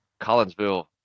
Collinsville